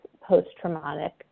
post-traumatic